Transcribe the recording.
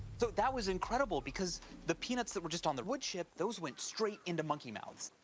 so that was incredible, because the peanuts that were just on the wood chip, those went straight into monkey mouths.